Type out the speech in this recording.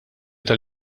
tal